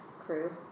crew